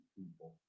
people